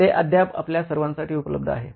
ते अद्याप आपल्या सर्वांसाठी उपलब्ध आहे